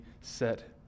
set